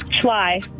Fly